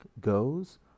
goes